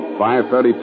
5.30